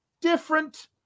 different